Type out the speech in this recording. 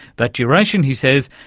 that duration he says,